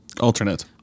alternate